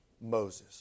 Moses